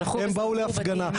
הם באו להפגנה,